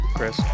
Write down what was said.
Chris